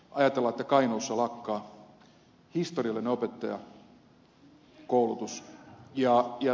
ajatella että kainuussa lakkaa historiallinen opettajankoulutus